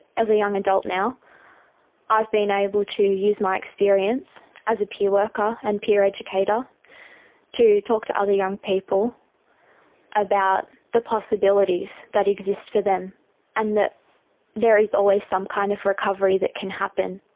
as a young adult now i've been able to use my experience as a peer worker and peer educator to talk to other young people about the possibilities that exist for them and that there is always some kind of recovery that can happen,